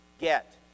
get